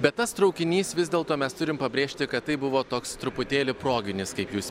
bet tas traukinys vis dėl to mes turim pabrėžti kad tai buvo toks truputėlį proginis kaip jūs